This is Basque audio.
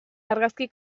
argazki